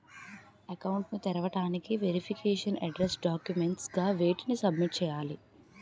Account ను తెరవటానికి verification address documents గా వేటిని సబ్మిట్ చేయాలి?